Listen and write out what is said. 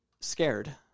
scared